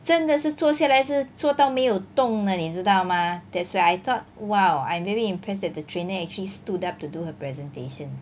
真的是坐下来是做到没有动的你知道吗 that's when I thought !wow! I'm very impressed that the trainer actually stood up to do her presentation